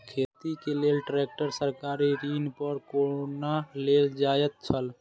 खेती के लेल ट्रेक्टर सरकारी ऋण पर कोना लेल जायत छल?